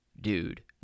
Dude